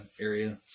area